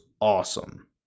awesome